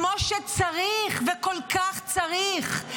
כמו שצריך, וכל כך צריך.